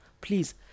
please